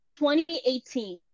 2018